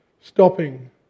Stopping